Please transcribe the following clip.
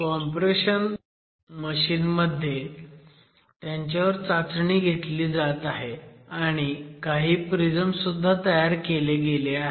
compression machine मध्ये त्यांच्यावर चाचणी घेतली जात आहे आणि काही प्रिझम सुद्धा तयार केले गेले आहेत